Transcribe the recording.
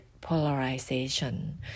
polarization